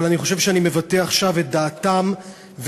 אבל אני חושב שאני מבטא עכשיו את דעתם ותחושתם